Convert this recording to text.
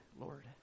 Lord